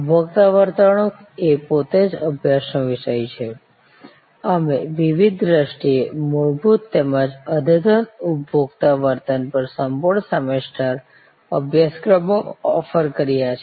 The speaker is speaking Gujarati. ઉપભોક્તા વર્તણૂક એ પોતે જ અભ્યાસનો વિષય છે અમે વિવિધ દૃષ્ટિ થી મૂળભૂત તેમજ અદ્યતન ઉપભોક્તા વર્તન પર સંપૂર્ણ સેમેસ્ટર અભ્યાસક્રમો ઓફર કર્યા છે